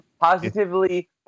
positively